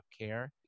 care